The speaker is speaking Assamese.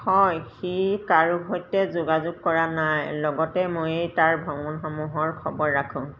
হয় সি কাৰো সৈতে যোগাযোগ কৰা নাই লগতে ময়েই তাৰ ভ্ৰমণসমূহৰ খবৰ ৰাখোঁ